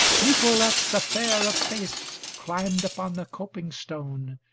nicolete, the fair of face, climbed upon the coping stone,